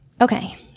Okay